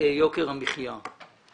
יוקר המחייה.